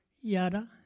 Yada